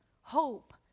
hope